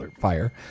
fire